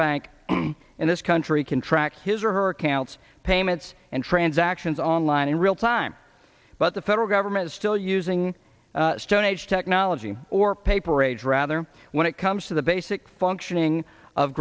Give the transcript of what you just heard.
bank in this country can track his or her accounts payments and transactions online in real time but the federal government is still using stone age technology or paper age rather when it comes to the basic functioning of